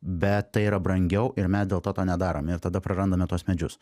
bet tai yra brangiau ir mes dėl to nedarome ir tada prarandame tuos medžius